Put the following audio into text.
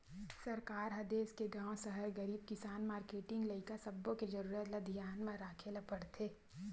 सरकार ह देस के गाँव, सहर, गरीब, किसान, मारकेटिंग, लइका सब्बो के जरूरत ल धियान म राखे ल परथे